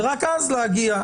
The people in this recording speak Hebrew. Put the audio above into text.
ורק אז להגיע.